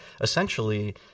essentially